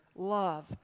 love